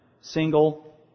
single